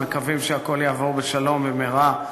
אנחנו מקווים שהכול יעבור בשלום במהרה,